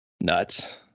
nuts